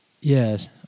Yes